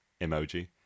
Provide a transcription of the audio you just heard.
Emoji